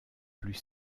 plus